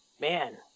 Man